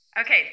Okay